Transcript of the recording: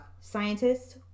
Scientists